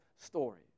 story